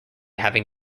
having